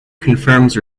confirms